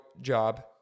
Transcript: job